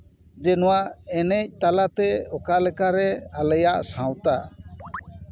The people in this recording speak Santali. ᱡᱮ ᱱᱚᱣᱟ ᱮᱱᱮᱡ ᱛᱟᱞᱟᱛᱮ ᱚᱠᱟ ᱞᱮᱠᱟᱨᱮ ᱟᱞᱮᱭᱟᱜ ᱥᱟᱶᱛᱟ